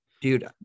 Dude